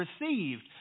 received